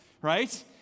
Right